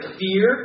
fear